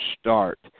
start